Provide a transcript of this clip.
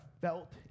felt